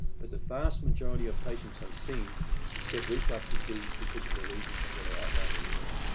but, the vast majority of patients i've seen get reflux disease because of the reasons i'm going to outline in a minute.